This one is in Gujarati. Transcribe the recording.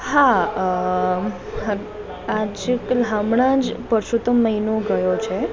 હા આ જ હમણાં જ પરષોત્તમ મહિનો ગયો છે